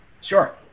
Sure